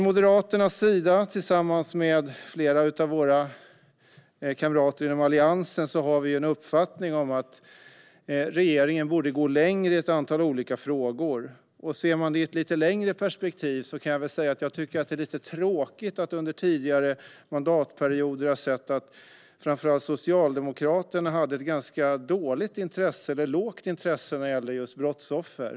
Moderaterna och flera av våra kamrater i Alliansen har uppfattningen att regeringen borde gå längre i ett antal olika frågor. I ett längre perspektiv kan jag väl säga att jag tycker att det är lite tråkigt att framför allt Socialdemokraterna under tidigare mandatperioder haft ett ganska svagt intresse när det gällde just brottsoffer.